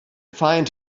find